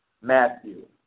Matthew